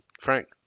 Frank